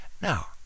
Now